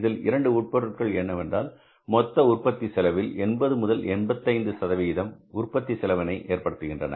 இதில் 2 உட்பொருட்கள் என்னவென்றால் மொத்த உற்பத்தி செலவில் 80 முதல் 85 சதவிகிதம் உற்பத்தி செலவினை ஏற்படுத்துகின்றன